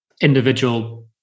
individual